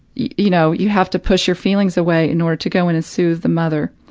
you know, you have to push your feelings away in order to go in and soothe the mother.